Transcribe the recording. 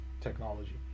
technology